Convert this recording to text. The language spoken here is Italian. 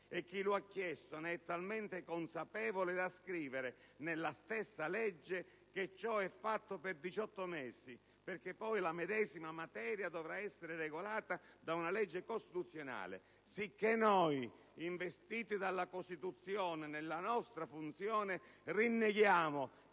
e chi l'ha chiesto ne è talmente consapevole da scrivere nella stessa legge che ciò è fatto per 18 mesi, perché poi la medesima materia dovrà essere regolata da una legge costituzionale. Sicché noi, investiti dalla Costituzione della nostra funzione, rinneghiamo